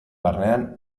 barnean